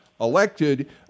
elected